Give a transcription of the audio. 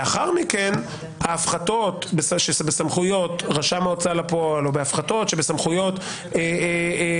לאחר מכן ההפחתות בסמכויות רשם ההוצאה לפועל או בהפחתות שבסמכויות כאשר